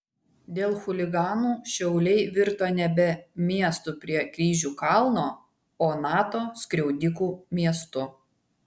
dėl chuliganų šiauliai virto nebe miestu prie kryžių kalno o nato skriaudikų miestu